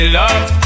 love